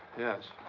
yes.